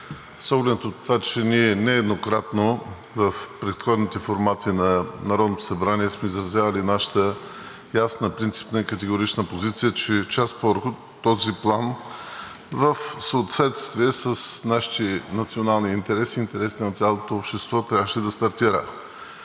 оглед на това, че ние нееднократно в предходните формати на Народното събрание сме изразявали нашата ясна, принципна и категорична позиция, че час по-скоро този план в съответствие с нашите национални интереси и интересите на цялото общество трябваше да стартира.